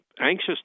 anxious